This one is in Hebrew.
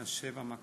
מה שבע?